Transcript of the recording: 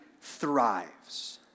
thrives